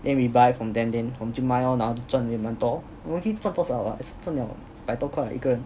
then we buy from them then 我们就赚咯然后就赚回蛮多咯我们 tee 赚多少啊也是赚了百多块一个人